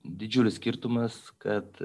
didžiulis skirtumas kad